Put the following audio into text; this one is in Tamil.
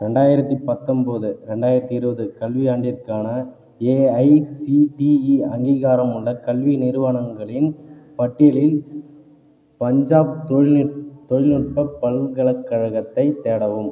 ரெண்டாயிரத்தி பத்தொன்போது ரெண்டாயிரத்தி இருபது கல்வியாண்டிற்கான ஏஐசிடிஇ அங்கீகாரமுள்ள கல்வி நிறுவனங்களின் பட்டியலில் பஞ்சாப் தொழில்நுட்ப தொழில்நுட்ப பல்கலைக்கழகத்தைத் தேடவும்